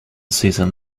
season